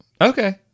Okay